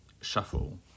Shuffle